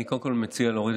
ב'